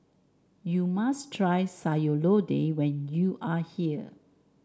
you must try Sayur Lodeh when you are here